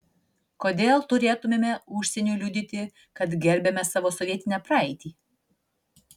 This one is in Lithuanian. kodėl turėtumėme užsieniui liudyti kad gerbiame savo sovietinę praeitį